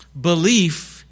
belief